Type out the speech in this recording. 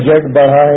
budget बढ़ा है